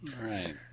Right